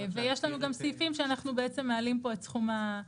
ויש לנו גם סעיפים שאנחנו בעצם מעלים פה את סכום הקנס.